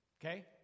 okay